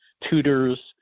tutors